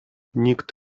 nikt